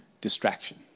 distraction